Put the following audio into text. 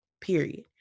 period